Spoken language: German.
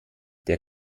der